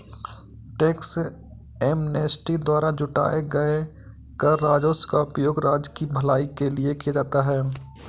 tax amnesty द्वारा जुटाए गए कर राजस्व का उपयोग राज्य की भलाई के लिए किया जाता है